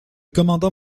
commandant